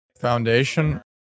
Foundation